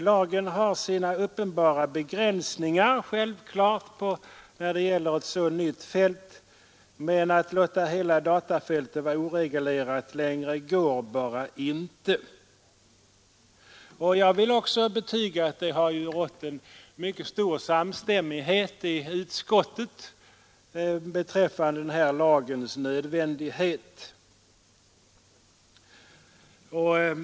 Lagen har sina uppenbara begränsningar — självklart när det gäller ett så nytt fält — men att låta hela datafältet vara oreglerat längre går bara inte. Jag vill också betyga att det har rått mycken samstämmighet i utskottet beträffande den här lagens nödvändighet.